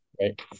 Right